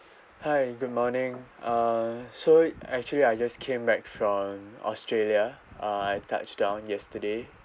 hi good morning uh so actually I just came back from australia uh I touched down yesterday